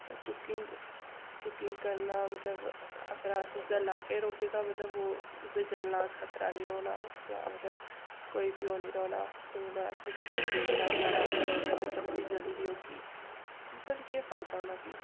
cooking cooking करना मतलब अगर अस उसदे लागै रौह्गे मतलब तां ओह् उसदे जलने दा खतरा नी रौह्ना जां मतलब कोई बी ओह् नी रौह्ना कि अस मतलब कुदै गेदे न साढ़ै औंदे धोड़ी सब्ज़ी जली दी होगी उसदा बी केह् फायदा होना फ्ही